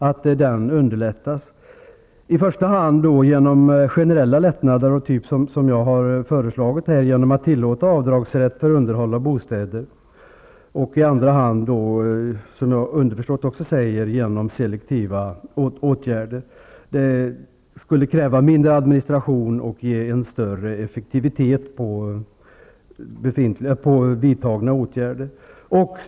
Det kan ske i första hand genom generella lättnader av den typ som jag har föreslagit, så att man tillåter avdragsrätt för underhåll av bostäder, och i andra hand -- det är underförstått -- genom selektiva åtgärder. Detta skulle kräva mindre administration och ge större effektivitet åt vidtagna åtgärder.